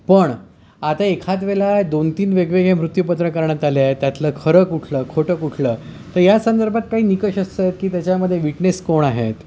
पण आता एखादं वेळेला दोन तीन वेगवेगळी मृत्यूपत्र करण्यात आली आहेत त्यातलं खरं कुठलं खोट कुठलं तर या संदर्भात काही निकश असं आहे की त्याच्यामध्ये वीटनेस कोण आहेत